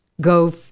go